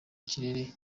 kirere